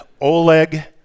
Oleg